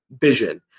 vision